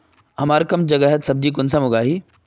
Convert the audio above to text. हमार कम जगहत सब्जी कुंसम उगाही?